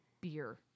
beer